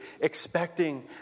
expecting